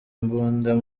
imbunda